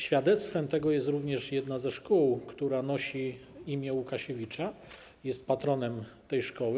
Świadectwem tego jest również jedna ze szkół, która nosi imię Łukasiewicza, jest on patronem tej szkoły.